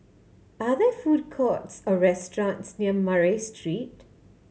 are there food courts or restaurants near Murray Street